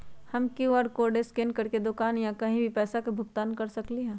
हम QR code scan करके दुकान में या कहीं भी पैसा के भुगतान कर सकली ह?